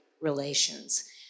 relations